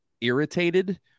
irritated